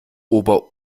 ober